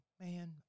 Man